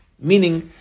meaning